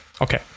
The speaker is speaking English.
Okay